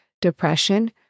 depression